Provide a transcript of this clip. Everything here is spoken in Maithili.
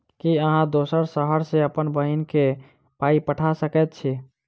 की अहाँ दोसर शहर सँ अप्पन बहिन केँ पाई पठा सकैत छी?